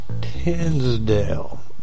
Tinsdale